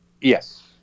Yes